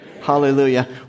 Hallelujah